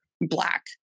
Black